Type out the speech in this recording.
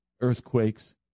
earthquakes